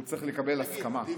הוא צריך לקבל הסכמה.